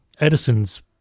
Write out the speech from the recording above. Edison's